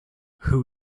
who